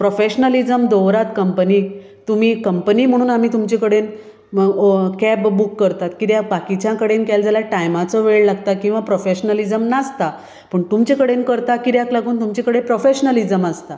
professionalism दवरात कंपनीत तुमी कंपनी म्हणून आमी तुमचे कडेन कॅब बूक करतात कित्याक बाकिच्या कडेन केलें जाल्यार टायमाचो वेळ लागता किंवां प्रोफॅशनलीझम नासता पूण तुमचे कडेन करता कित्याक लागून तुमचे कडेन प्रोफेशनलीझम आसता